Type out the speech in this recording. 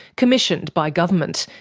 commissioned by government,